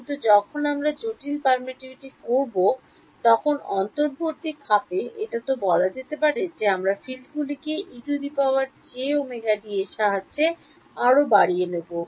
কিন্তু যখন আমরা জটিল permittivity করব তখন অন্তর্বর্তী খাবে এটা তো বলা যেতে পারে যে আমরা field গুলিকে এর সাহায্যে আরো বাড়িয়ে নেব